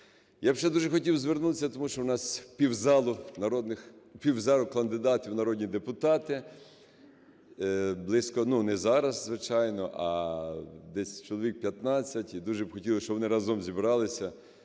Я б ще дуже хотів звернутись, тому що у нас півзали кандидатів в народні депутати, не зараз, звичайно, а десь чоловік п'ятнадцять. І дуже б хотілось, щоб вони разом зібралися